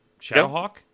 Shadowhawk